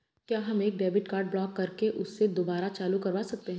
क्या हम एक डेबिट कार्ड ब्लॉक करके उसे दुबारा चालू करवा सकते हैं?